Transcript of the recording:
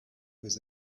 with